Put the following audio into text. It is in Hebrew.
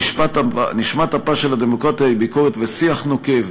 נשמת אפה של הדמוקרטיה היא ביקורת ושיח נוקב.